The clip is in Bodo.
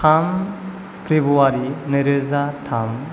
थाम फेब्रुवारि नै रोजा थाम